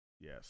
Yes